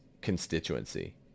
constituency